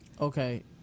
Okay